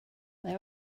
there